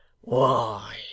Why